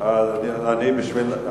אדוני היושב-ראש.